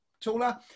taller